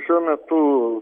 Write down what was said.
šiuo metu